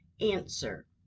Answer